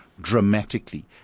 Dramatically